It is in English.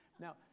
Now